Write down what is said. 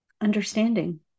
understanding